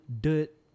Dirt